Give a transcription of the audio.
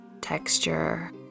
texture